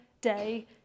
day